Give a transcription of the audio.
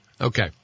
Okay